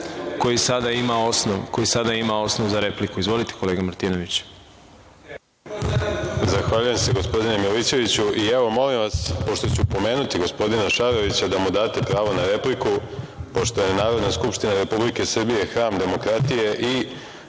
koji sada ima osnov za repliku. Izvolite, kolega Martinoviću. **Aleksandar Martinović** Zahvaljujem se, gospodine Milićeviću.I, evo, molim vas, pošto ću pomenuti gospodina Šarovića, da mu date pravo na repliku, pošto je Narodna skupština Republike Srbije hram demokratije i